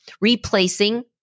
replacing